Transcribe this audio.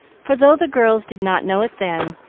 for, though the girls did not know it then,